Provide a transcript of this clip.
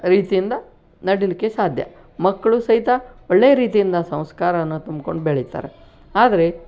ರೀತಿಯಿಂದ ನಡೀಲಿಕ್ಕೆ ಸಾಧ್ಯ ಮಕ್ಕಳೂ ಸಹಿತ ಒಳ್ಳೆ ರೀತಿಯಿಂದ ಸಂಸ್ಕಾರವನ್ನು ತುಂಬ್ಕೊಂಡು ಬೆಳೀತಾರೆ ಆದರೆ